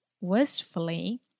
wistfully